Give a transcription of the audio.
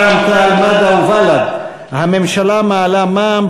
רע"ם-תע"ל-מד"ע ובל"ד: הממשלה מעלה את המע"מ,